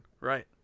right